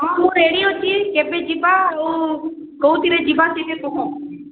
ହଁ ମୁଁ ରେଡ଼ି ଅଛି କେବେ ଯିବା ଆଉ କୋଉଥିରେ ଯିବା ଟିକିଏ କୁହ